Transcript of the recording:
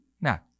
Now